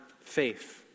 faith